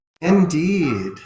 Indeed